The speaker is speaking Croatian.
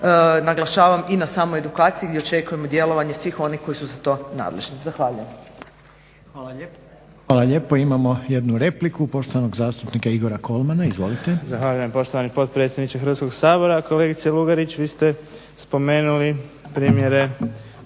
naglašavam i na samoj edukaciji gdje očekujemo djelovanje svih onih koji su za to nadležni. Zahvaljujem. **Reiner, Željko (HDZ)** Hvala lijepo. Imamo jednu repliku, poštovanog zastupnika Igora Kolmana, izvolite. **Kolman, Igor (HNS)** Zahvaljujem vam poštovani potpredsjedniče Hrvatskog sabora. Kolegice Lugarić, vi ste spomenuli primjere